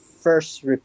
first